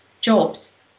jobs